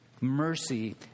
mercy